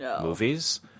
movies